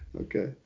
Okay